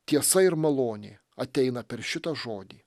tiesa ir malonė ateina per šitą žodį